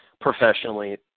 professionally